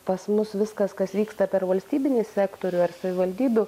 pas mus viskas kas vyksta per valstybinį sektorių ar savivaldybių